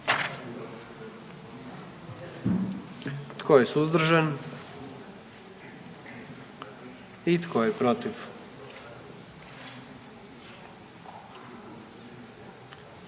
Tko je suzdržan? I tko je protiv?